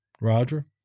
Roger